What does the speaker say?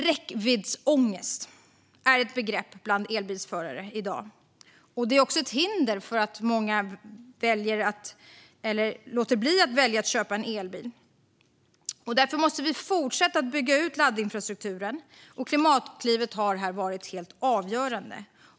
Räckviddsångest är ett begrepp bland elbilsförare i dag. Det är också ett hinder som innebär att många låter bli att välja en elbil. Därför måste vi fortsätta att bygga ut laddinfrastrukturen, och Klimatklivet har här varit helt avgörande.